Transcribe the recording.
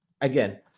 again